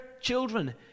children